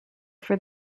for